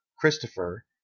Christopher